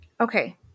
Okay